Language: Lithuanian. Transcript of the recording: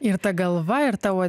ir ta galva ir tavo